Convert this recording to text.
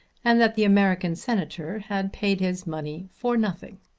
and that the american senator had paid his money for nothing.